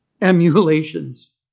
emulations